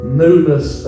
newness